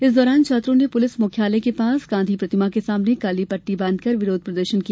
इस दौरान छात्रों ने पुलिस मुख्यालय के पास गांधी प्रतिमा के सामने काली पट्टी बांध कर विरोध प्रदर्शन किया